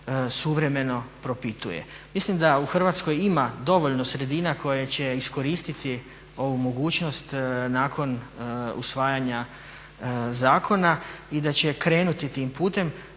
suvremeno propituje. Mislim da u Hrvatskoj ima dovoljno sredina koje će iskoristiti ovu mogućnost nakon usvajanja zakona i da će krenuti tim putem